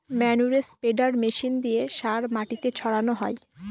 ম্যানুরে spreader machine দিয়ে সার মাটিতে ছড়ানো হয়